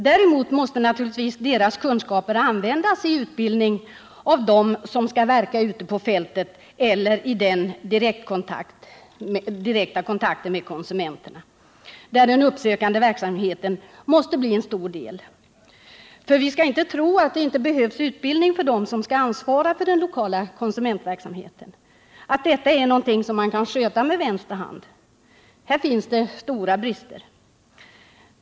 Däremot måste naturligtvis hemkonsulenternas kunskaper användas för utbildning av dem som skall verka ute på fältet eller svara för den direkta kontakten med konsumenterna, där den uppsökande verksamheten måste bli en stor del. För vi skall inte tro att det inte behövs utbildning av dem som skall ansvara för den lokala konsumentpolitiska verksamheten, att detta är något som man kan sköta med vänster hand. Här finns det stora brister.